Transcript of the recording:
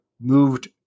moved